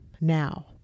now